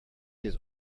his